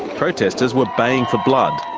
protesters were baying for blood.